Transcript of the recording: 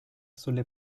sulle